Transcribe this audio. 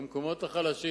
במקומות החלשים.